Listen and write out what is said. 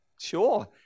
sure